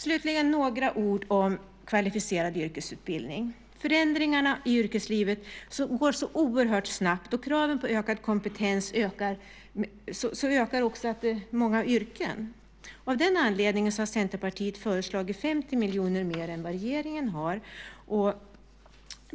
Slutligen vill jag säga några ord om kvalificerad yrkesutbildning. Förändringarna i yrkeslivet går oerhört snabbt, och kraven på ökad kompetens ökar inom många yrken. Av den anledningen har Centerpartiet föreslagit 50 miljoner mer än regeringen.